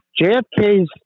JFK's